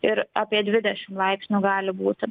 ir apie dvidešim laipsnių gali būti